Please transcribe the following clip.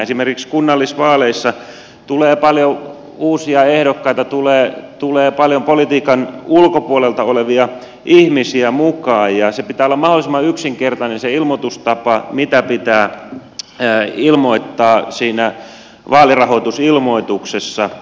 esimerkiksi kunnallisvaaleissa tulee paljon uusia ehdokkaita paljon politiikan ulkopuolelta olevia ihmisiä mukaan ja sen ilmoitustavan pitää olla mahdollisimman yksinkertainen sen mitä pitää ilmoittaa siinä vaalirahoitusilmoituksessa